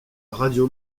radio